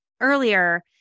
earlier